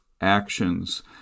actions